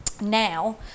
now